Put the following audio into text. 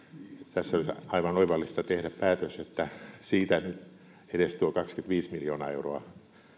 tässä olisi aivan oivallista tehdä päätös että siitä edes tuo kaksikymmentäviisi miljoonaa euroa